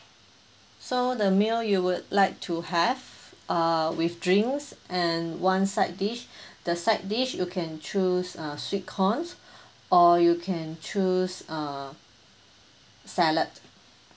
so the meal you would like to have err with drinks and one side dish the side dish you can choose a sweet corn or you can choose err salad